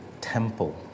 temple